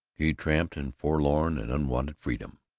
he tramped in forlorn and unwanted freedom.